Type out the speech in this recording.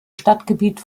stadtgebiet